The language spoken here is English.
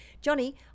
Johnny